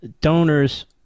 donors